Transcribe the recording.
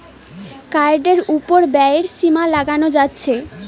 কার্ডের উপর ব্যয়ের সীমা লাগানো যাচ্ছে